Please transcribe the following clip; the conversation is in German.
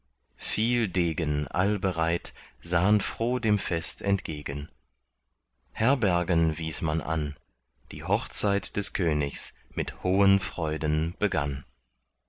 viel degen allbereit sahn froh dem fest entgegen herbergen wies man an die hochzeit des königs mit hohen freuden begann